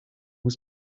was